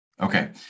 Okay